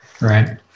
right